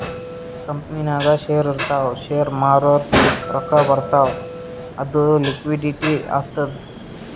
ಕಂಪನಿನಾಗ್ ಶೇರ್ ಇರ್ತಾವ್ ಶೇರ್ ಮಾರೂರ್ ರೊಕ್ಕಾ ಬರ್ತಾವ್ ಅದು ಲಿಕ್ವಿಡಿಟಿ ಆತ್ತುದ್